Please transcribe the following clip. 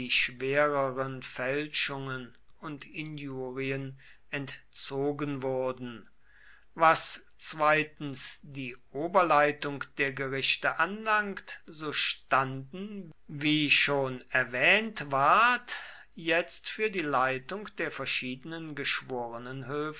schwereren fälschungen und injurien entzogen wurden was zweitens die oberleitung der gerichte anlangt so standen wie schon erwähnt ward jetzt für die leitung der verschiedenen